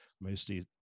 mostly